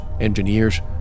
engineers